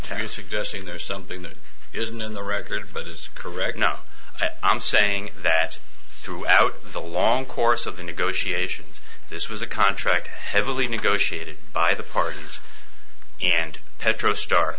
suggesting there is something that isn't in the record but is correct no i'm saying that throughout the long course of the negotiations this was a contract heavily negotiated by the parties and petro star